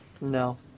No